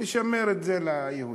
נשמר את זה ליהודים.